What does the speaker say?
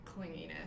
clinginess